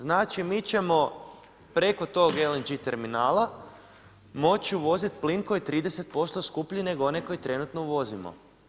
Znači, mi ćemo preko tog LNG terminala, moći uvoziti plin koji je 30% skuplji, nego onaj koji trenutno uvozimo.